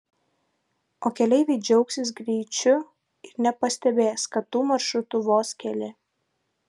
o keleiviai džiaugsis greičiu ir nepastebės kad tų maršrutų vos keli